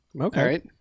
Okay